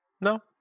No